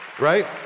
right